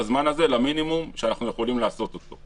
לקצר את הזמן הזה למינימום שאנחנו יכולים לעשות אותו.